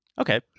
Okay